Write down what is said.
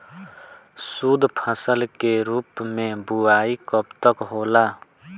शुद्धफसल के रूप में बुआई कब तक होला?